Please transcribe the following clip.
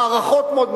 מערכות מודיעין,